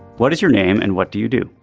what is your name and what do you do.